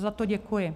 Za to děkuji.